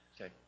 Okay